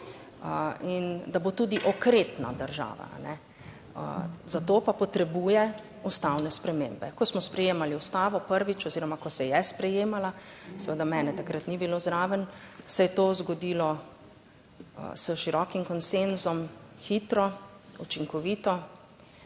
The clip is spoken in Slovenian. in da bo tudi okretna država. Za to pa potrebuje ustavne spremembe. Ko smo sprejemali Ustavo prvič oziroma, ko se je sprejemala, seveda mene takrat ni bilo zraven, se je to zgodilo s širokim konsenzom, hitro, učinkovito,